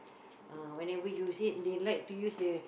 uh whenever you said they like to use the